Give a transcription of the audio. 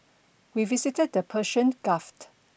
we visited the Persian Gulf